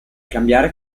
cambiare